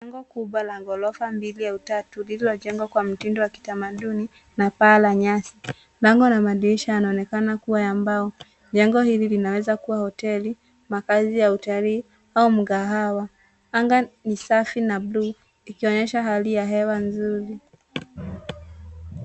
Jengo kubwa la ghorofa mbili au tatu lililojengwa kwa mtindo wa kitamaduni na paa la nyasi. Milango na madirisha yanaonekana kuwa ya mbao. Jengo hili linaweza kuwa, hoteli, makazi ya utalii au mkahawa. Anga ni safi na blue ikionyesha hali ya hewa zuri.